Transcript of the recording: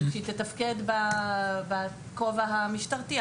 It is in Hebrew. וכשהיא תתפקד בכובע המשטרתי,